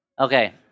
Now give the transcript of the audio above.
Okay